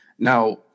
Now